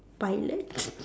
pilot